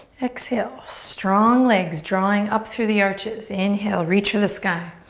exhale, strong legs drawing up through the arches. inhale, reach for the sky.